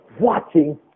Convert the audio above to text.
watching